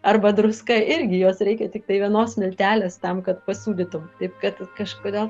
arba druska irgi jos reikia tiktai vienos smiltelės tam kad pasūdytum taip kad kažkodėl